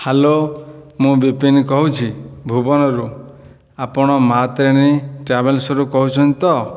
hello ମୁଁ ବିପିନ କହୁଛି ଭୁବନରୁ ଆପଣ ମା ତାରିଣୀ ଟ୍ରାଭେଲସ୍ରୁ କହୁଛନ୍ତି ତ